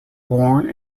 born